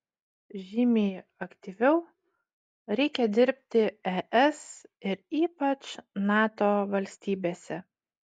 žymiai aktyviau reikia dirbti es ir ypač nato valstybėse